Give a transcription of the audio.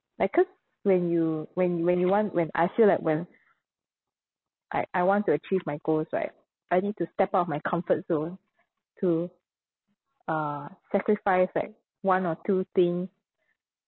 like cause when you when when you want when I feel like when I I want to achieve my goals right I need to step out of my comfort zone to uh sacrifice like one or two thing